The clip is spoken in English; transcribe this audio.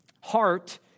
heart